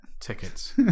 Tickets